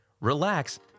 relax